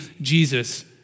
Jesus